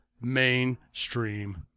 mainstream